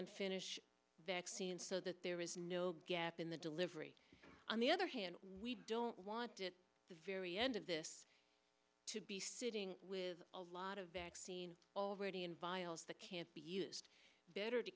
and finish that scene so that there is no gap in the delivery on the other hand we don't want to the very end of this to be sitting with a lot of vaccine already in vials that can't be used better to